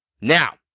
Now